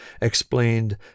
explained